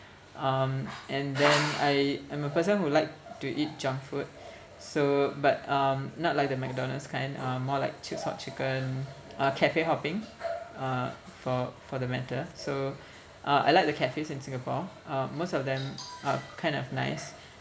um and then I am a person who like to eat junk food so but um not like the Mcdonald's kind um more like chips or chicken uh cafe hopping uh for for the matter so uh I like the cafes in Singapore uh most of them are kind of nice